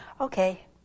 Okay